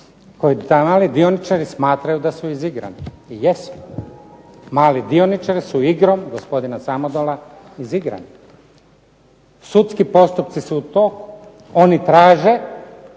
koji ti mali dioničari smatraju da su izigrani. I jesu. Mali dioničari su igrom gospodina Samodola izigrani. Sudski postupci su to. Oni traže